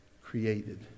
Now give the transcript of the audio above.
created